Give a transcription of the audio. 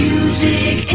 Music